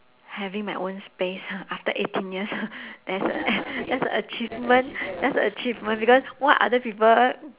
having my own space after eighteen years that's a that's a achievement that's a achievement because what other people